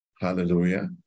Hallelujah